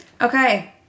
Okay